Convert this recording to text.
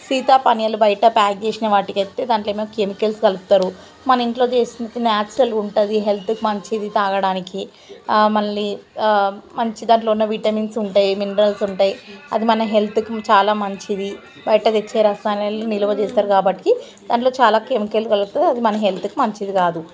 శీతల పానీయాలు బయట ప్యాక్ చేసిన వాటికైతే దాంట్లో ఏమో కెమికల్స్ కలుపుతారు మన ఇంట్లో చేసినది నాచురల్ ఉంటుంది హెల్త్కి మంచిది తాగడానికి మళ్ళీ మంచి దాంట్లో ఉన్న విటమిన్స్ ఉంటాయి మినరల్స్ ఉంటాయి అది మన హెల్త్కి చాలా మంచిది బయట తెచ్చే రసాయనాలు నిల్వ చేస్తారు కాబట్టి దాంట్లో చాలా కెమికల్ కలుపుతూ మన హెల్త్కి మంచిది కాదు